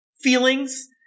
feelings